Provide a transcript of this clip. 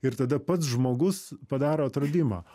ir tada pats žmogus padaro atradimą